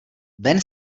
ven